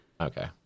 Okay